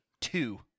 two